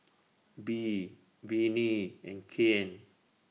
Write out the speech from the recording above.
Bee Vinnie and Kyan